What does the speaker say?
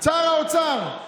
צר האוצר,